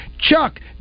Chuck